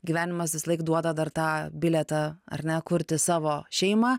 gyvenimas visąlaik duoda dar tą bilietą ar ne kurti savo šeimą